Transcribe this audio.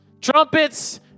trumpets